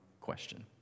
question